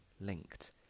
linked